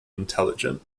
intelligent